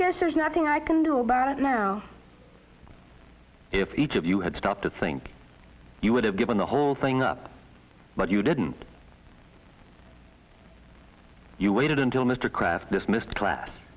guess there's nothing i can do about it now if each of you had stopped to think you would have given the whole thing up but you didn't you waited until mr kraft dismissed class